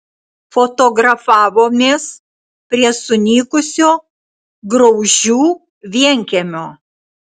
fotografavomės prie sunykusio graužių vienkiemio